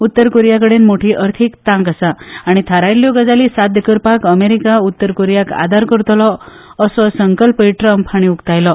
उत्तर Korea कडेन मोटी अर्थीक तांक आसा आनी थारायिल्ल्यो गजाली साध्य करपाक अमेरिका उत्तर कोरियाक आदार करतलो असो संकल्पूय टूंप हांणी उकतायलो